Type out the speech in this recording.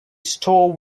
store